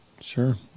Sure